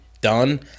done